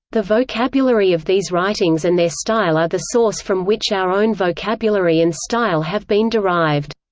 the vocabulary of these writings and their style are the source from which our own vocabulary and style have been derived.